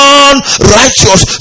unrighteous